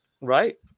Right